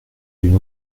d’une